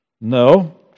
No